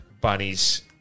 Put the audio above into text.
Bunnies